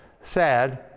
sad